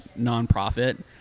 nonprofit